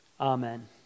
Amen